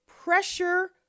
pressure